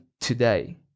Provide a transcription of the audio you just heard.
today